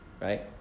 right